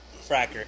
fracker